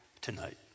tonight